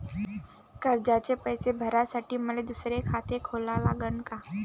कर्जाचे पैसे भरासाठी मले दुसरे खाते खोला लागन का?